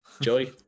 joey